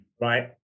right